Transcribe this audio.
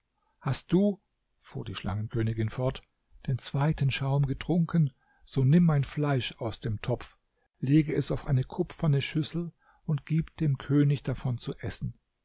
hast du fuhr die schlangenkönigin fort den zweiten schaum getrunken so nimm mein fleisch aus dem topf lege es auf eine kupferne schüssel und gib dem könig davon zu essen